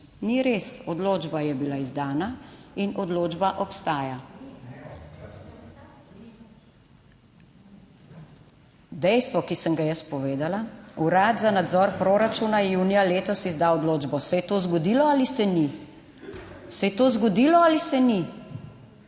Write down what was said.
Ni res. Odločba je bila izdana in odločba obstaja. Dejstvo, ki sem ga jaz povedala, Urad za nadzor proračuna je junija letos izdal odločbo, se je to zgodilo ali se ni? Se je to zgodilo ali se ni?